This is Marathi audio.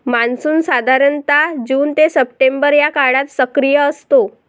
मान्सून साधारणतः जून ते सप्टेंबर या काळात सक्रिय असतो